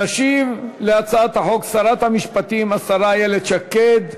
תשיב על הצעת החוק שרת המשפטים, השרה איילת שקד.